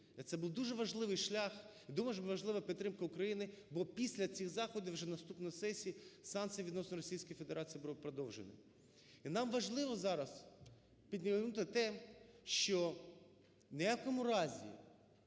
це був дуже важливий шлях, дуже важлива підтримка України була після цих заходів, вже на наступній сесії санкції відносно Російської Федерації були продовжені. І нам важливо зараз підняти те, що в не якому разі